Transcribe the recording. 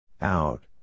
out